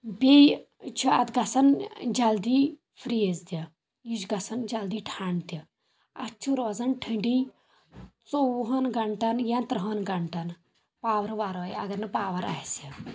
بییٚہِ چھِ اتھ گژھان جلدی فریز تہِ یہِ چھُ گژھان جلدی ٹھنٛڈٕ تہِ اتھ چھِ روزان ٹھنٛڈی ژوٚوُہن گنٹن یا ترٕٚہن گنٹن پاورٕ ورٲے اگر نہٕ پاور آسہِ